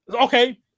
okay